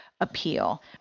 Appeal